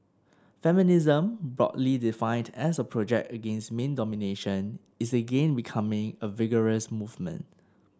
feminism broadly defined as a project against man domination is again becoming a vigorous movement